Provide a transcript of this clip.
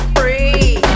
free